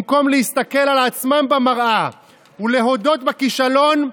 במקום להסתכל על עצמם במראה ולהודות בכישלון,